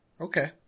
Okay